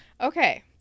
Okay